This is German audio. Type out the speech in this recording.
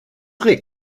regt